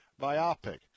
biopic